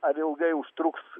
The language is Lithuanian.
ar ilgai užtruks